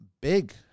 big